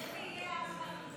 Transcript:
איך תהיה החלוקה?